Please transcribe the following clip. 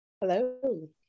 Hello